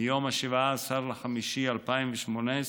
מיום 17 במאי 2018,